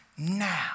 now